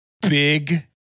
big